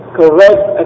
correct